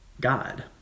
God